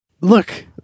Look